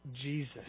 Jesus